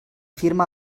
firma